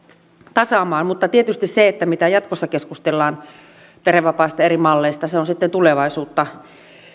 tasaamaan mutta tietysti se mitä jatkossa keskustellaan perhevapaista ja eri malleista on sitten tulevaisuutta